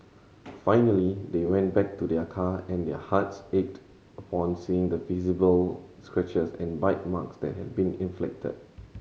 finally they went back to their car and their hearts ached upon seeing the visible scratches and bite marks that had been inflicted